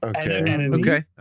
okay